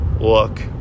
look